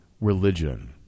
religion